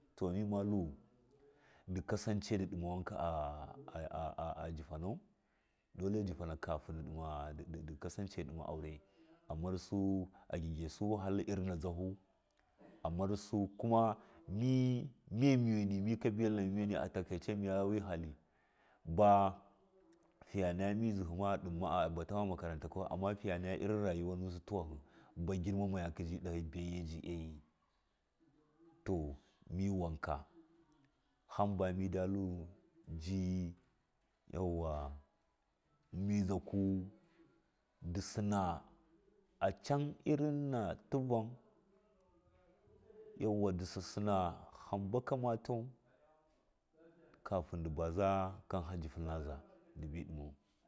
To mimatlu ndi kasace a a jɨfanas date dole jɨfana kafin ndimma ndika sance di ɗima aurɚ amarsu aghaghɨsu wahala irin na zahu amasu kuma mi mɚmɚni mi kabila na mɚmɚni mɨya wi hali baa figa naga midzima aba tama makarankau amma fiyanaga irɨn raguwa nusi tuwahi baa gɨrmakɨ ji ɗahu biiaga ji ayi to mi wanka hamba mida tlu ji yauwa midzaku ndisina acon irɨn na tivan yauwa ndɨ sasɨna hamba kamatau kafin ndivaza kaha jɨfunaza dibi ɗimau.